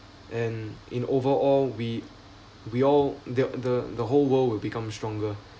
and in overall we we all the the the whole world will become stronger